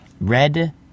Red